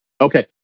Okay